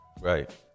Right